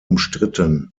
umstritten